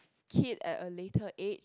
kid at a later age